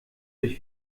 durch